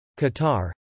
Qatar